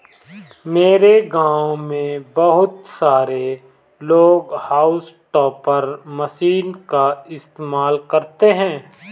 मेरे गांव में बहुत सारे लोग हाउस टॉपर मशीन का इस्तेमाल करते हैं